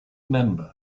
member